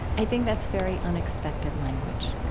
i think that's very unexpected language